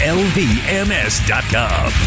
lvms.com